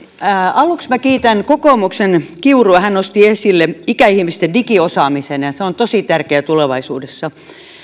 aluksi minä kiitän kokoomuksen kiurua hän nosti esille ikäihmisten digiosaamisen se on tosi tärkeää tulevaisuudessa